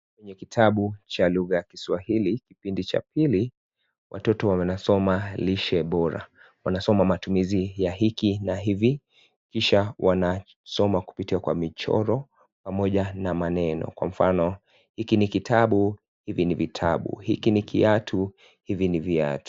Kwenye kitabu cha lugha ya kiswahili kipindi cha pili watoto wanasoma lishe bora wanasoma matumizi ya hiki na hivi kisha wanasoma kupitia kwa michoro pamoja na maneno kwa mfano hiki ni kitabu , hivi ni vitabu , hiki ni kiatu, hivi ni viatu.